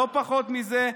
לא פחות מזה,